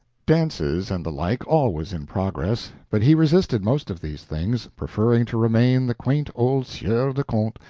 dances, and the like always in progress, but he resisted most of these things, preferring to remain the quaint old sieur de conte,